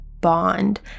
bond